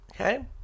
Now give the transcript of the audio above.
Okay